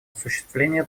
осуществление